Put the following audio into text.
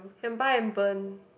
can buy and burn